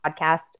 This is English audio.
podcast